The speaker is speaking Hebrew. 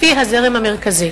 כמו הזרם המרכזי.